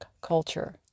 culture